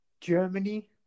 Germany